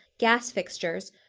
gas fixtures,